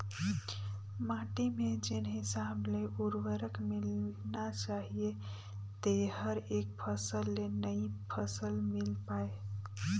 माटी में जेन हिसाब ले उरवरक मिलना चाहीए तेहर एक फसल ले नई फसल मिल पाय